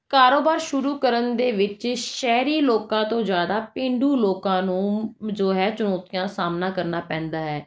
ਕਾਰੋਬਾਰ ਸ਼ੁਰੂ ਕਰਨ ਦੇ ਵਿੱਚ ਸ਼ਹਿਰੀ ਲੋਕਾਂ ਤੋਂ ਜ਼ਿਆਦਾ ਪੇਂਡੂ ਲੋਕਾਂ ਨੂੰ ਜੋ ਹੈ ਚੁਣੌਤੀਆਂ ਸਾਹਮਣਾ ਕਰਨਾ ਪੈਂਦਾ ਹੈ